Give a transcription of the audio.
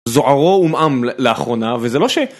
זוהרו עומעם לאחרונה וזה לא ש...